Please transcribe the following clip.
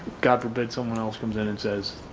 god forbid someone else comes in and says